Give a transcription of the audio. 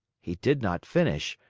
he did not finish,